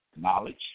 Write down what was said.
knowledge